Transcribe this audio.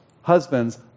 Husbands